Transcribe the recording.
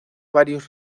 varios